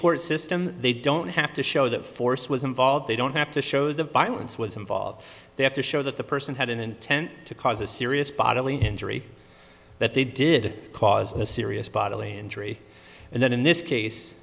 court system they don't have to show that force was involved they don't have to show the violence was involved they have to show that the person had an intent to cause a serious bodily injury that they did cause a serious bodily injury and then in this case